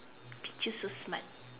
Pichu so smart